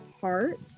heart